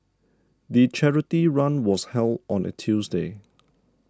the charity run was held on a Tuesday